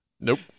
Nope